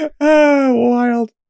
wild